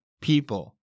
people